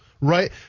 Right